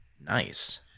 nice